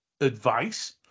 advice